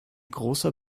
großer